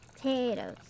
potatoes